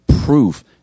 proof